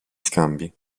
scambi